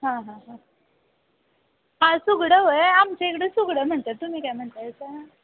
हां हां हां हा सुगडं होय आमच्या इकडं सुगडं म्हणतात तुम्ही काय म्हणताय का